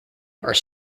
are